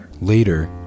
Later